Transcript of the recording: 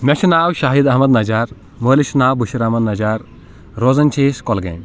مے چھُ ناو شاہِد احمد نَجار مٲلِس چھ ناو بشیٖر احمد نَجار روزان چھِ أسۍ کۄلگامۍ